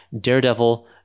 Daredevil